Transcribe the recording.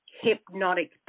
hypnotic